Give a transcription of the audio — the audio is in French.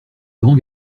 grands